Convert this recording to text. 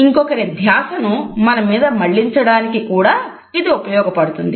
ఇంకొకరి ధ్యాసను మన మీదకు మళ్ళించడానికి కూడా ఇది ఉపయోగపడుతుంది